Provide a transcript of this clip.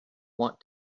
want